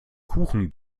kuchen